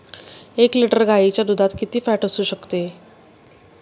एक लिटर गाईच्या दुधात किती फॅट असू शकते?